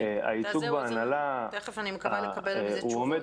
כן, תכף אני מקווה לקבל על זה תשובות.